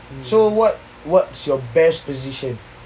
so what what's your best position